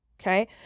Okay